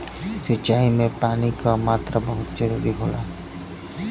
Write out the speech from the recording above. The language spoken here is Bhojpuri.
सिंचाई में पानी क मात्रा बहुत जरूरी होला